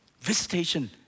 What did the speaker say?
Visitation